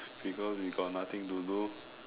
because we got nothing to do